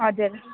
हजुर